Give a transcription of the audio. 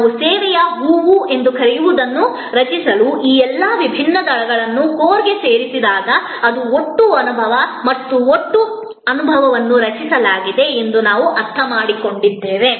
ಆದರೆ ನಾವು ಸೇವೆಯ ಹೂವು ಎಂದು ಕರೆಯುವದನ್ನು ರಚಿಸಲು ಈ ಎಲ್ಲಾ ವಿಭಿನ್ನ ದಳಗಳನ್ನು ಕೋರ್ಗೆ ಸೇರಿಸಿದಾಗ ಅದು ಒಟ್ಟು ಅನುಭವ ಮತ್ತು ಒಟ್ಟು ಅನುಭವವನ್ನು ರಚಿಸಲಾಗಿದೆ ಎಂದು ನಾವು ಅರ್ಥಮಾಡಿಕೊಂಡಿದ್ದೇವೆ